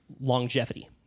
longevity